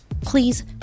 Please